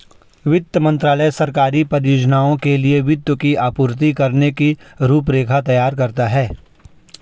वित्त मंत्रालय सरकारी परियोजनाओं के लिए वित्त की आपूर्ति करने की रूपरेखा तैयार करता है